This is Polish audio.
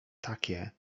takie